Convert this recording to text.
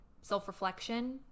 self-reflection